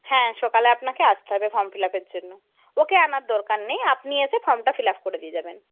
হ্যাঁ সকালে আপনাকে আসতে হবে ফর্ম ফিল আপের জন্য ওকে আনার দরকার নেই আপনি এসে ফর্মটা ফিল আপ করে দিয়ে যাবেন